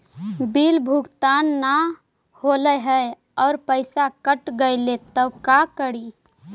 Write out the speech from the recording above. Bill भुगतान न हौले हे और पैसा कट गेलै त का करि?